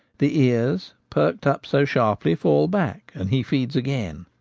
the ears perked up so sharply fall back, and he feeds again.